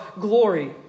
glory